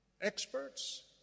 experts